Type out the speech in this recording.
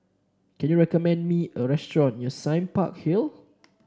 can you recommend me a restaurant near Sime Park Hill